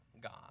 God